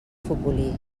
futbolí